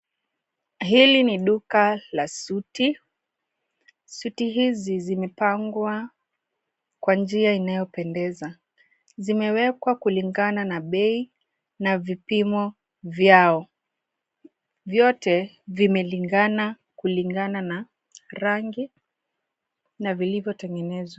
Hili ni duka la suti, suti hizi zimepangwa kwa njia inayopendeza, zimewekwa kulingana na bei na vipimo vyao. Vyote vimelingana, kulingana na rangi, na vilivyotengenezwa.